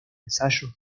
ensayo